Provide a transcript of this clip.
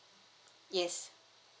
yes